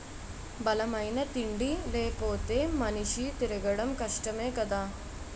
బలమైన తిండి లేపోతే మనిషి తిరగడం కష్టమే కదా